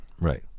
right